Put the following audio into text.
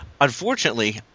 unfortunately